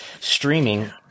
streaming